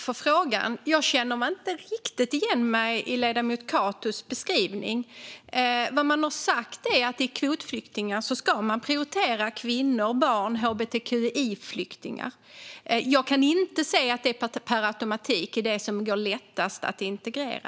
Fru talman! Jag tackar för frågan. Jag känner inte riktigt igen ledamoten Catos beskrivning. Det man har sagt är att när det gäller kvotflyktingar ska kvinnor, barn och hbtqi-flyktingar prioriteras. Jag kan inte se att de per automatik går lättast att integrera.